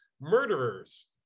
murderers